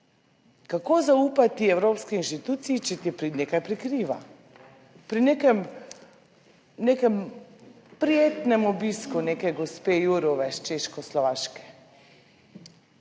Kako zaupati evropski inštituciji, če ti nekaj prikriva pri nekem, nekem prijetnem obisku neke gospe Jourove s Češkoslovaške.